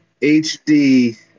HD